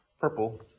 purple